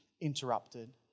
interrupted